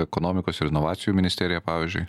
ekonomikos ir inovacijų ministerija pavyzdžiui